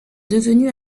devenue